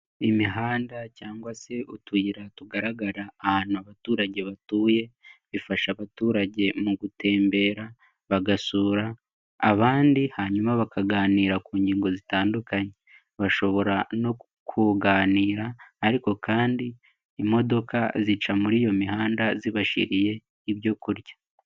Imihanda cyangwa se utuyira tugaragara ahantu abaturage batuye, bifasha abaturage mu gutembera bagasura abandi hanyuma bakaganira ku ngingo zitandukanye, bashobora no kuganira ariko kandi imodoka zica muri iyo mihanda zibashiriye ibyo kurya.